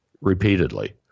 repeatedly